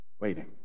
Waiting